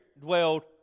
dwelled